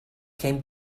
came